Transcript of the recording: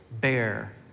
bear